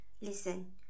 Listen